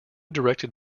directed